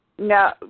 No